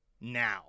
now